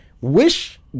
wish